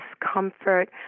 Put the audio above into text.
discomfort